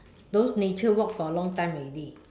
those nature walks for a long time already